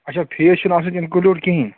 اَچھا فیس چھُنہٕ اَتھ سۭتۍ اِنکلیوٗڈ کِہیٖنٛۍ